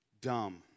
dumb